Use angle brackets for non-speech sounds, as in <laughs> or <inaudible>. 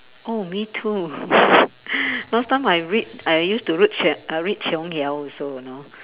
oh me too <laughs> last time I read I used to read Qio~ uh read Qiong-Yao also you know